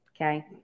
Okay